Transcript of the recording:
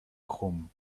home